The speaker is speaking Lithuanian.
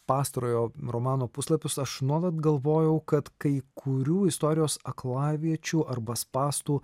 pastarojo romano puslapius aš nuolat galvojau kad kai kurių istorijos aklaviečių arba spąstų